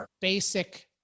basic-